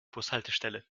bushaltestelle